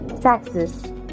Taxes